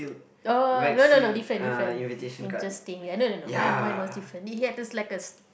orh orh orh no no no different different interesting ya no no no mine mine was different he had this like a